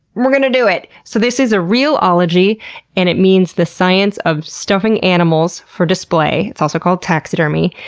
we're gonna do it! so, this is a real ology and it means the science of stuffing animals for display. it's also called taxidermy.